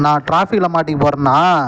நான் ட்ராஃபிக்கில் மாட்டிக்க போகறேனா